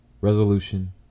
Resolution